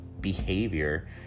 behavior